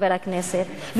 חבר הכנסת,